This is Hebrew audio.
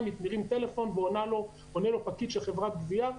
מרים טלפון ועונה לו פקיד של חברת גבייה,